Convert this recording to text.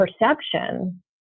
perception